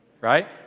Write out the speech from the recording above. right